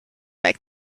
make